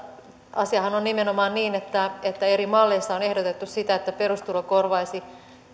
asiahan on on nimenomaan niin että että eri malleissa on ehdotettu sitä että perustulo korvaisi